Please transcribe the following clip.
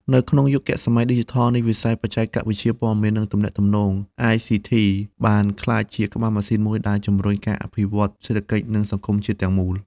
នៅក្នុងយុគសម័យឌីជីថលនេះ វិស័យ បច្ចេកវិទ្យាព័ត៌មាន និងទំនាក់ទំនង (ICT) បានក្លាយជាក្បាលម៉ាស៊ីនមួយដែលជំរុញការអភិវឌ្ឍសេដ្ឋកិច្ចនិងសង្គមជាតិទាំងមូល។